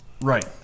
Right